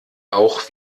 auch